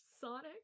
Sonic